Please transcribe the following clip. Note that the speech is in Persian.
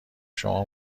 شما